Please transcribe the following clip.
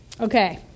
Okay